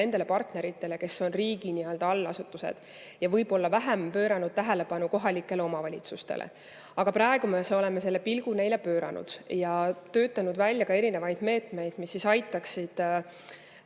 nendele partneritele, kes on riigi allasutused. Võib-olla vähem oleme pööranud tähelepanu kohalikele omavalitsustele. Aga praegu me oleme pilgu neile pööranud ja töötanud välja erinevaid meetmeid, mis aitaksid